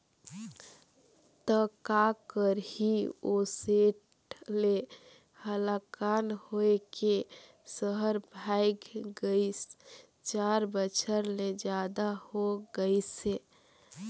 त का करही ओ सेठ ले हलाकान होए के सहर भागय गइस, चार बछर ले जादा हो गइसे